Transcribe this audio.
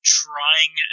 trying